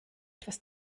etwas